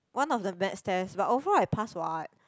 one of the maths test but overall I pass what